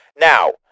Now